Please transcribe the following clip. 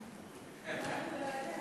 יעקב מרגי ואורלי לוי אבקסיס לסעיף 13 לא נתקבלה.